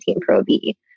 Pro-B